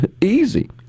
easy